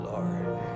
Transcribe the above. Lord